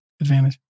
advantage